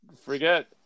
forget